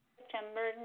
September